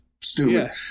stupid